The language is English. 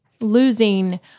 losing